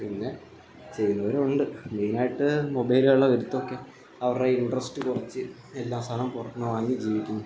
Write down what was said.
പിന്നെ ചെയ്യുന്നവരുമുണ്ട് മെയിനായിട്ട് മൊബൈലിൽ ഒക്കെ അവരുടെ ഇൻട്രസ്റ്റ് കുറച്ചു എല്ലാ സാധനവും പുറത്തു നിന്ന് വാങ്ങി ജീവിക്കുന്നു